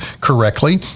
correctly